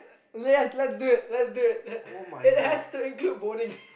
yes let's do it lets do it it has to include boning